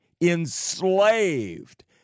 enslaved